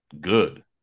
good